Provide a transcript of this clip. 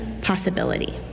possibility